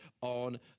on